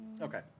Okay